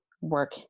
work